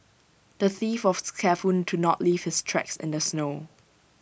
the thief was careful to not leave his tracks in the snow